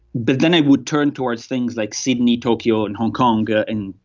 but then i would turn towards things like sydney, tokyo and hong kong and,